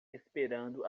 esperando